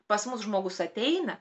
pas mus žmogus ateina